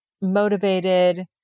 motivated